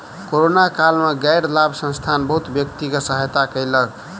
corona काल में गैर लाभ संस्थान बहुत व्यक्ति के सहायता कयलक